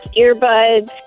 Earbuds